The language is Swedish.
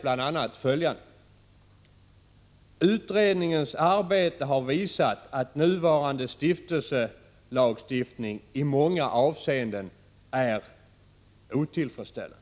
vara — sägs bl.a.: ”Utredningens arbete har visat att nuvarande stiftelselagstiftning i många avseenden är otillfredsställande.